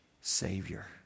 Savior